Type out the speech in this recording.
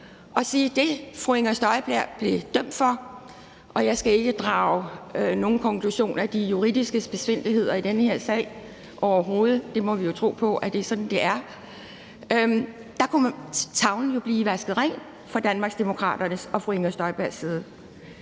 til det, fru Inger Støjberg blev dømt for – og jeg skal ikke drage nogen konklusion af de juridiske spidsfindigheder i den her sag overhovedet; vi må jo tro på, at det er sådan, det er – kunne tavlen jo blive vasket ren fra Danmarksdemokraterne og fru Inger Støjbergs side.